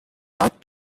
what